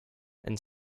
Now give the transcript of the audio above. and